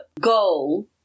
goal